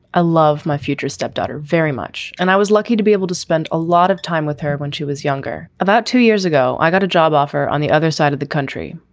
ah love my future stepdaughter very much and i was lucky to be able to spend a lot of time with her when she was younger. about two years ago, i got a job offer on the other side of the country.